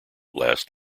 last